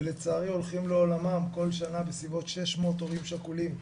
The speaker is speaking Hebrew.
ולצערי הולכים לעולמם כל שנה בסביבות 600 הורים שכולים.